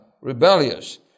rebellious